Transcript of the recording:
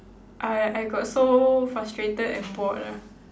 I I got so frustrated and bored lah